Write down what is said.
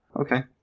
Okay